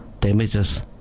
damages